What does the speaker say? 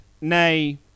nay